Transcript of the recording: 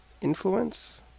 influence